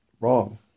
wrong